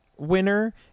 winner